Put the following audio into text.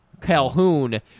Calhoun